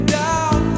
down